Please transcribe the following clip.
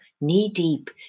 knee-deep